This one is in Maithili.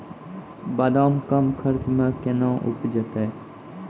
बादाम कम खर्च मे कैना उपजते?